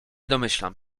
domyślam